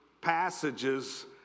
passages